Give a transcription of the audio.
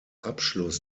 abschluss